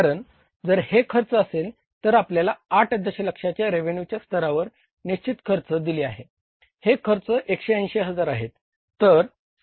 कारण जर हे खर्च असेल तर आपल्याला 8 दशलक्षाच्या रेव्हेन्युच्या स्तरावर निश्चित खर्च दिले आहे हे खर्च एकशे ऐंशी हजार आहेत